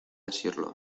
asirlo